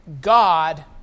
God